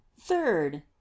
third